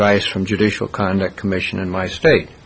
vice from judicial conduct commission in my state